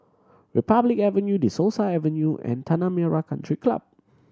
Republic Avenue De Souza Avenue and Tanah Merah Country Club